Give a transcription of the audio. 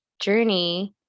journey